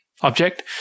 object